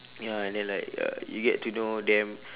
ya and then like uh you get to know them